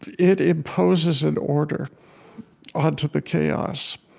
it imposes an order onto the chaos.